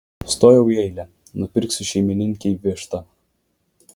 stojau į eilę nupirksiu šeimininkei vištą